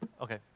Okay